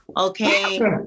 Okay